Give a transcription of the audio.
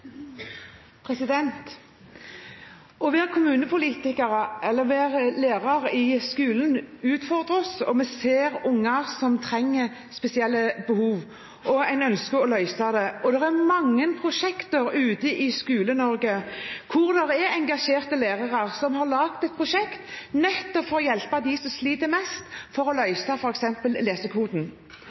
Å være kommunepolitiker eller lærer i skolen utfordrer oss. Vi ser unger som har spesielle behov, og vi ønsker å løse det. Det er mange eksempler i Skole-Norge på engasjerte lærere som har laget prosjekter nettopp for å hjelpe dem som sliter mest, f.eks. med å